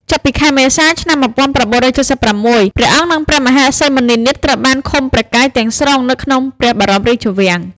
ចាប់ពីខែមេសា ឆ្នាំ១៩៧៦ ព្រះអង្គ និងព្រះមហេសី មុនីនាថ ត្រូវបានឃុំព្រះកាយទាំងស្រុងនៅក្នុងព្រះបរមរាជវាំង។